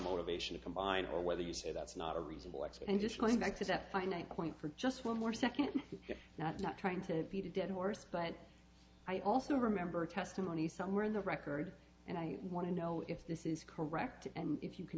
motivation to combine or whether you say that's not a reasonable x and just going back to that finite point for just one more second you're not not trying to beat a dead horse but i also remember a testimony somewhere in the record and i want to know if this is correct and if you can